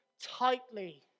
tightly